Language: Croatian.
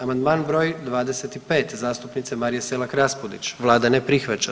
Amandman br. 25 zastupnice Marije Selak Raspudić, Vlada ne prihvaća.